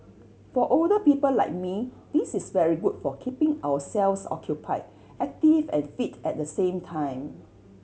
for older people like me this is very good for keeping ourselves occupied active and fit at the same time